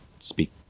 speak